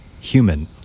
human